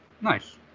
Nice